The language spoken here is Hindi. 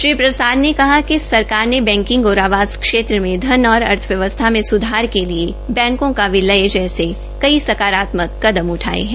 श्रीप्रसाद ने कहा कि सरकार ने बैकिंग और आवास मे धन अर्थव्यवस्था में सुधार के लिए बैंको का विलय जैसे कई सकारात्मक कदम उठाये है